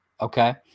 Okay